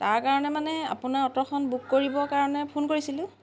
তাৰ কাৰণে মানে আপোনাৰ অ'টোখন বুক কৰিবৰ কাৰণে ফোন কৰিছিলোঁ